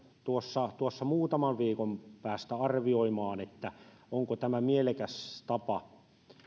tuossa tuossa muutaman viikon päästä arvioimaan onko tämä mielekäs tapa